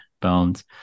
bones